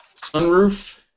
sunroof